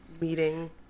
meeting